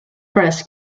press